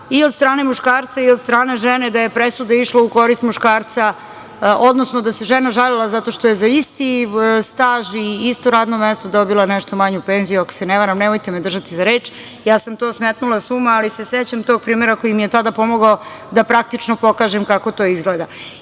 i od strane muškarca i od strane žene, da je presuda išla u korist muškarca, odnosno da se žena žalila, zato što je za isti staž i isto radno mesto dobila nešto manju penziju, nemojte me držati za reč. To sam smetnula sa uma, ali se sećam tog primera koji mi je tada pomogao da praktično pokažem kako to izgleda. Pošto